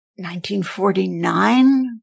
1949